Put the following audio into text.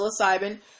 psilocybin